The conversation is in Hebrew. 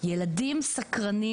ילדים הם סקרנים,